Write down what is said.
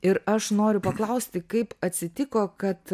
ir aš noriu paklausti kaip atsitiko kad